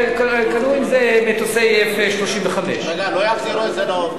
קנו עם זה מטוסי 35-F. לא יחזירו את זה לעובדים?